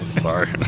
sorry